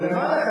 אבל למה לך?